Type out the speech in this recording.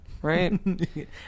Right